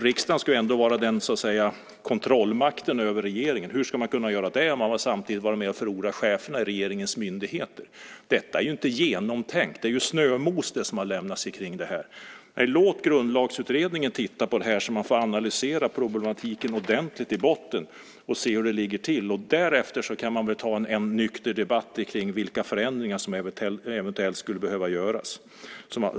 Riksdagen ska ju ändå vara kontrollmakten över regeringen. Hur ska man kunna vara det om man samtidigt har varit med och förordat cheferna i regeringens myndigheter? Detta är ju inte genomtänkt. Det är snömos. Låt Grundlagsutredningen titta på det här och analysera problematiken ordentligt i botten! Därefter kan man ta en nykter debatt om vilka förändringar som eventuellt kan behöva göras.